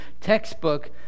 textbook